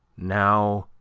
now,